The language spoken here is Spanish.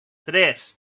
tres